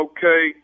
Okay